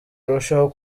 arushaho